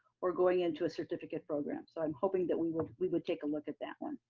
or going into a certificate program. so i'm hoping that we will we will take a look at that one.